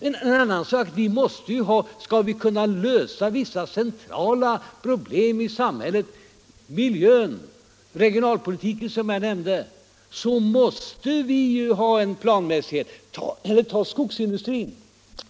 En annan sak är att skall vi kunna lösa vissa centrala problem i samhället, t.ex. miljön och regionalpolitiken, så måste vi ha en planmässighet. Eller ta skogsindustrin!